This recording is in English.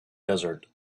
desert